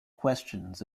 questions